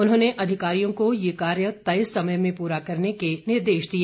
उन्होंने अधिकारियों को ये कार्य तय समय में पूरा करने के निर्देश दिए